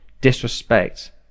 disrespect